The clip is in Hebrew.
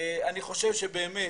אני חושב שבאמת,